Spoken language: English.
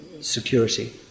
security